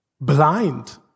blind